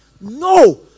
no